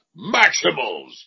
Maximals